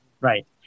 Right